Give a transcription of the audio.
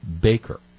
baker